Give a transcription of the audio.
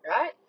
right